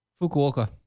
Fukuoka